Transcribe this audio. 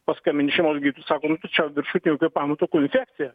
paskambini šeimos gydytojui sako nu čia viršutinių kvėpavimo takų infekcija